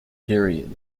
period